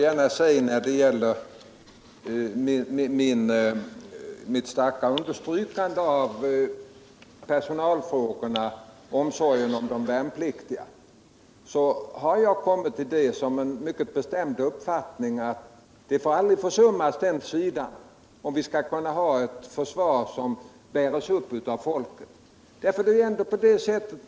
Herr talman! Mitt starka understrykande av personalfrågorna och omsorgen om de värnpliktiga beror på att jag har den mycket bestämda uppfattningen att den sidan aldrig får försummas, om vi skall kunna ha ett försvar som bärs upp av folket.